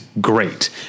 great